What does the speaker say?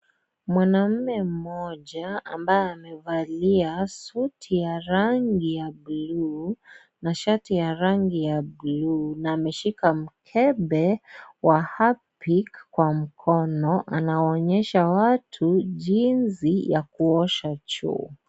Mwanamume mmoja ambaye amevalia suti ya rangi ya buluu na shati ya rangi ya buluu na ameshika mkebe wa harpic kwa mkono. Anawaonyesha watu jinsi ya kuosha choo.